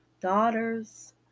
daughters